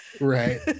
Right